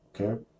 Okay